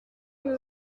nous